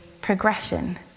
progression